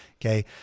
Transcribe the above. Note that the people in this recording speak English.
Okay